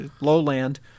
lowland